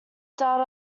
data